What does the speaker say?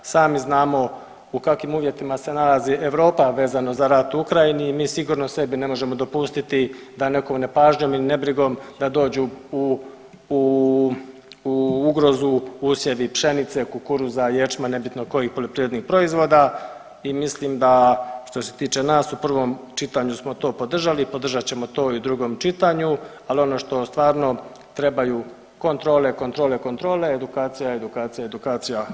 Sami znamo u kakvim uvjetima se nalazi Europa vezano za rad u Ukrajini i mi sigurno sebi ne možemo dopustiti da nekom nepažnjom ili nebrigom, da dođu u ugrozu usjevi pšenice, kukuruza, ječma, nebitno kojih poljoprivrednih proizvoda i mislim da, što se tiče nas, u prvom čitanju smo to podržali, podržat ćemo to i u drugom čitanju, ali ono što je stvarno trebaju kontrole, kontrole, kontrole, edukacija, edukacija, edukacija.